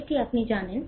এই আপনি জানেন